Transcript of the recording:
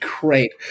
great